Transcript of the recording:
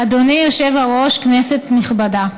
אדוני היושב-ראש, כנסת נכבדה,